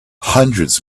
hundreds